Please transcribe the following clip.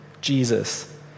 jesus